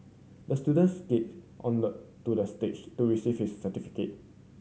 the student skated on the to the stage to receive his certificate